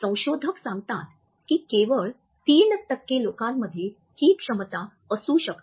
संशोधक सांगतात की केवळ ३ लोकांमध्ये ही क्षमता असू शकते